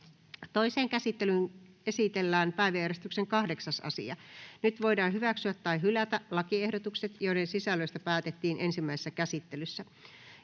Toiseen käsittelyyn esitellään päiväjärjestyksen 6. asia. Nyt voidaan hyväksyä tai hylätä lakiehdotus, jonka sisällöstä päätettiin ensimmäisessä käsittelyssä.